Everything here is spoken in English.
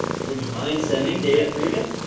would you mind sending data three again?